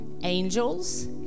Angels